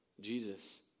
Jesus